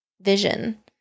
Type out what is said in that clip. vision